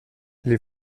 les